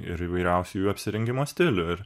ir įvairiausių jų apsirengimo stilių ir